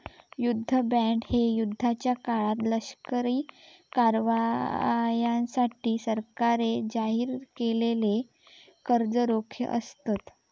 युद्ध बॉण्ड हे युद्धाच्या काळात लष्करी कारवायांसाठी सरकारद्वारे जारी केलेले कर्ज रोखे असतत